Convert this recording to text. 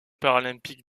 paralympiques